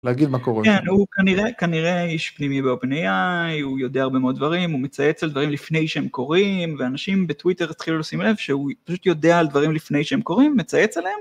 ‫להגיד מה קורה. ‫-כן, הוא כנראה איש פנימי באופן AI, ‫הוא יודע הרבה מאוד דברים, ‫הוא מצייץ על דברים לפני שהם קורים, ‫ואנשים בטוויטר התחילו לשים לב ‫שהוא פשוט יודע על דברים לפני שהם קורים, ‫מצייץ עליהם.